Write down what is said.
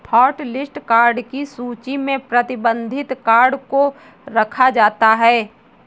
hotlist card की सूची में प्रतिबंधित कार्ड को रखा जाता है